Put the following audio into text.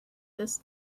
this